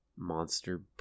Monster